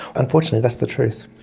unfortunately that's the truth.